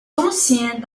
anciennes